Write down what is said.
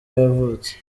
yavutse